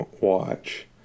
watch